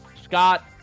Scott